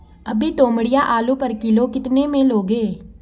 अभी तोमड़िया आलू पर किलो कितने में लोगे?